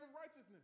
righteousness